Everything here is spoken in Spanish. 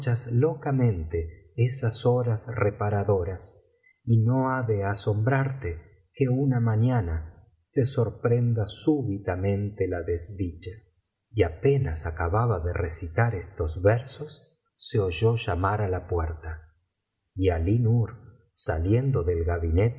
locamente esas horas reparadoras y no ha de asombrarte que ima mañana te sorprenda súbitamente la desdicha y apenas acababa de recitar estos versos se oyó llamar á la puerta y alí nur saliendo del